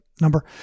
number